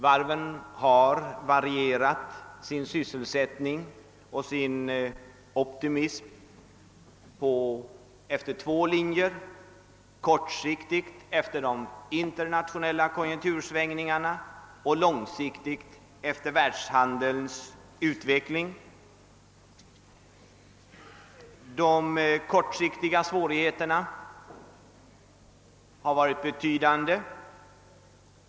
Varven har inriktat sin sysselsättning och sin optimism på två linjer: kortsiktigt efter de internationella konjunktursvängningarna och långsiktigt efter världshandelns utveckling. Svårigheterna enligt den kortsiktiga linjen är betydande.